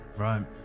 Right